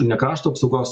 ne krašto apsaugos